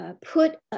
put